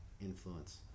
influence